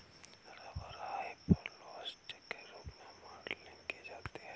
rubber hyperelastic के रूप में मॉडलिंग की जाती है